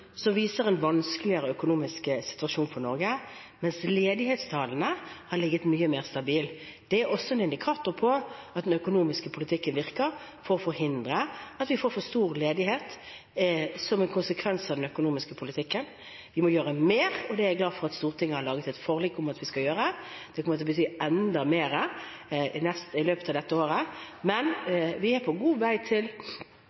som viser en vanskeligere økonomisk situasjon for Norge, mens ledighetstallene har ligget mye mer stabilt. Det er også en indikator på at den økonomiske politikken virker for å forhindre at vi får for stor ledighet som en konsekvens av den økonomiske politikken. Vi må gjøre mer, og det er jeg glad for at Stortinget har laget et forlik om at vi skal gjøre. Det kommer til å bety enda mer i løpet av dette året. Men